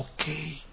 okay